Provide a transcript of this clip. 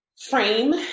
frame